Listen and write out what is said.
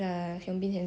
legit